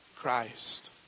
Christ